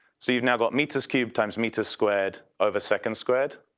so you've now got meters cubed times meters squared over seconds squared.